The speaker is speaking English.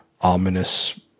ominous